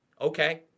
Okay